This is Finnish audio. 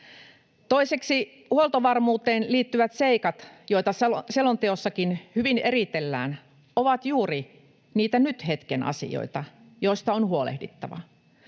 Toiseksi huoltovarmuuteen liittyvät seikat, joita selonteossakin hyvin eritellään, ovat juuri niitä nyt-hetken asioita, joista on huolehdittava.